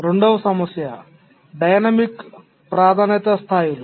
రెండవ సమస్య డైనమిక్ ప్రాధాన్యత స్థాయిలు